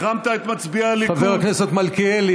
החרמת את מצביעי הליכוד,